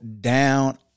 down